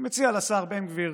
אני מציע לשר בן גביר